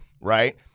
right